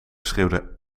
schreeuwde